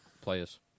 players